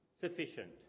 sufficient